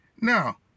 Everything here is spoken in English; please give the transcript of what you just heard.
Now